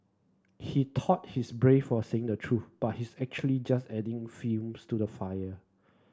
he thought he's brave for saying the truth but he's actually just adding fuel to the fire